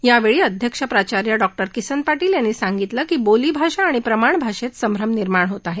यावेळी अध्यक्ष प्राचार्य डॉक् र किसन पापील यांनी सांगितलं की बोली भाषा आणि प्रमाण भाषेत संभम निर्माण होत आहे